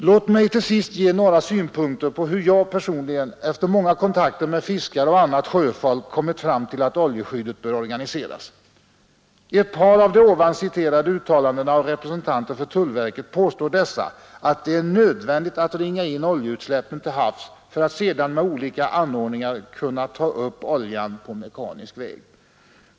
Låt mig till sist ge några korta synpunkter på hur jag personligen — efter många kontakter med fiskare och annat sjöfolk — kommit fram till att oljeskyddet bör organiseras. I ett par av de tidigare citerade uttalandena av representanter för tullverket påstår dessa att det är nödvändigt att ”ringa in” oljeutsläppen till havs för att sedan med olika anordningar kunna ta upp oljan på mekanisk väg.